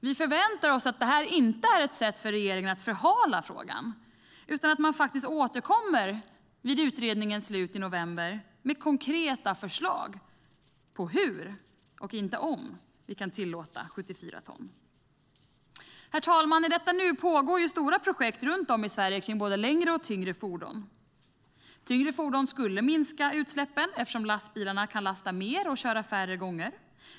Vi förväntar oss att det inte är ett sätt för regeringen att förhala frågan utan att den återkommer vid utredningens slut i november med konkreta förslag på hur och inte om vi kan tillåta 74 ton. Herr talman! I detta nu pågår stora projekt runt om i Sverige med både längre och tyngre fordon. Tyngre fordon skulle minska utsläppen, eftersom lastbilarna kan lasta mer och köra färre gånger.